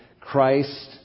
Christ